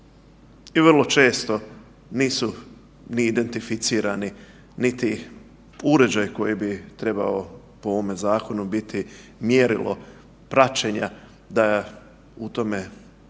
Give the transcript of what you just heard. i vrlo često nisu ni identificirani, niti uređaj koji bi trebao po ovome zakonu biti mjerilo praćenja da u tome